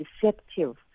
deceptive